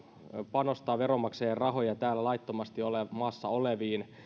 panostaa veronmaksajan rahoja täällä laittomasti maassa oleviin